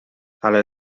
ale